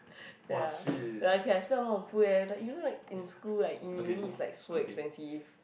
ya like I can I spend a lot on food eh like you know like in school like in uni it's like so expensive